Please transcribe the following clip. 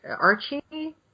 Archie